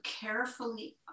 carefully